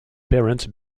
parents